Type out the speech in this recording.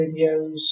videos